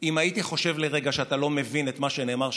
אם הייתי חושב לרגע שאתה לא מבין את מה שנאמר שם,